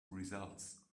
results